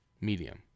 Medium